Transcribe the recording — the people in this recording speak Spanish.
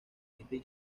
sri